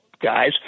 guys